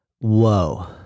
Whoa